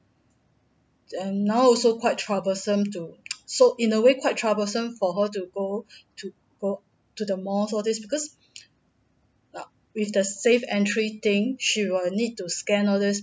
then now also quite troublesome to so in a way quite troublesome for her to go to go to the malls all this because yeah with the safe entry thing she will need to scan all this